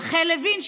רחל לוין,